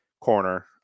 corner